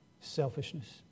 selfishness